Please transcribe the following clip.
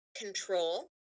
control